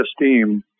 esteem